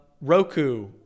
Roku